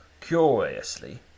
Curiously